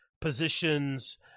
positions